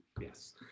Yes